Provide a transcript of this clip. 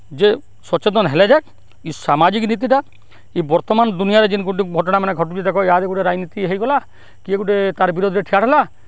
ଯେ ସଚେତନ୍ ହେଲେ ଯାଏକ୍ ଇ ସାମାଜିକ୍ ନୀତିଟା ଇ ବର୍ତ୍ତମାନ୍ ଦୁନିଆରେ ଯେନ୍ ଗୁଟେ ଘଟଣାମାନେ ଘଟୁଛେ ଦେଖ ଇହାଦେ ଗୁଟେ ରାଜନୀତି ହେଇଗଲା କିଏ ଗୁଟେ ତାର୍ ବିରୋଧ୍ରେ ଠିଆ ହେଲା